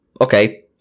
okay